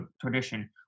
tradition